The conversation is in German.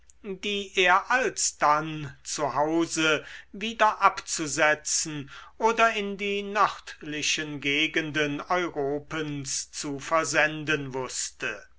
die er alsdann zu hause wieder abzusetzen oder in die nördlichen gegenden europens zu versenden wußte